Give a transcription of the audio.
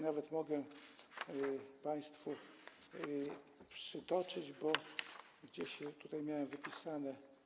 Nawet mogę je państwu przytoczyć, bo gdzieś tutaj miałem je wypisane.